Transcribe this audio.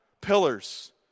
pillars